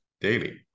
daily